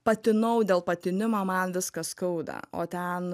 patinau dėl patinimo man viską skauda o ten